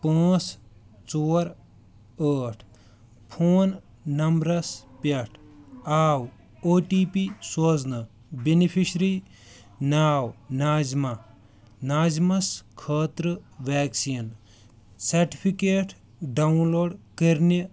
پانٛژھ ژور ٲٹھ فون نمبرَس پٮ۪ٹھ آو او ٹی پی سوزنہٕ بیٚنِفیشرِی ناو ناظمہ ناظِمَس خٲطرٕ ویٚکسیٖن سٔرٹِفکیٹ ڈاوُن لوڈ کَرنہٕ